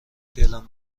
دلم